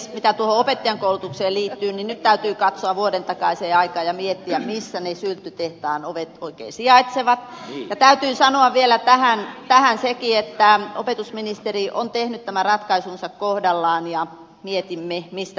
mitä tuohon opettajankoulutukseen liittyy niin nyt täytyy katsoa vuoden takaiseen aikaan ja miettiä missä ne sylttytehtaan ovet oikein sijaitsevat ja täytyy sanoa vielä tähän sekin että opetusministeri on tehnyt tämän ratkaisunsa kohdallaan ja mietimme mistä lähtökohdista